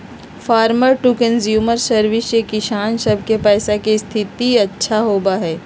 farmer to consumer service से किसान सब के पैसा के स्थिति अच्छा होबा हई